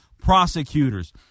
prosecutors